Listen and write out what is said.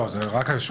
לא, רק היושב-ראש.